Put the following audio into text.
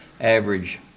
average